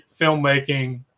filmmaking